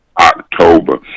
October